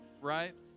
right